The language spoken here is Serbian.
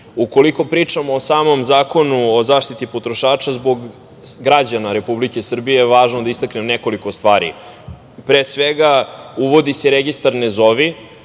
Srbije. Ukoliko pričamo o samom Zakonu o zaštiti potrošača, zbog građana Republike Srbije je važno da istaknem nekoliko stvari. Pre svega, uvodi se registar „Ne zovi“